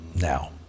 now